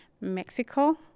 Mexico